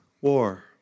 war